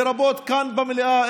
לרבות כאן במליאה,